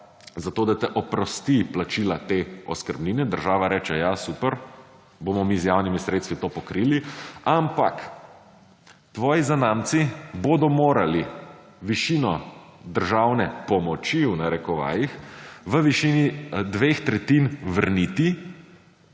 zato, da te oprosti plačila te oskrbnine. Država reče, ja, super, bomo mi z javnimi sredstvi to pokrili. Ampak, tvoji zanamci bodo morali višino državne pomoči, v narekovajih, v višini dveh tretjin vrniti